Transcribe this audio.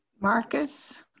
Marcus